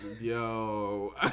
Yo